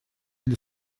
для